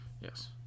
Yes